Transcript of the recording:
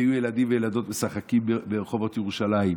ויהיו ילדים וילדות משחקים ברחובות ירושלים,